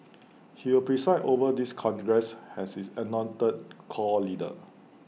he will preside over this congress as its anointed core leader